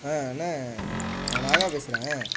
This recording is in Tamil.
அண்ணே நான் நாகா பேசுகிறேன்